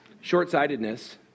Short-sightedness